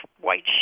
white